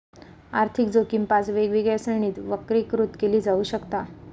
आर्थिक जोखीम पाच वेगवेगळ्या श्रेणींत वर्गीकृत केली जाऊ शकता